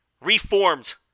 Reformed